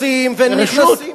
נכנסים, ברשות.